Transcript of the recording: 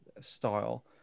style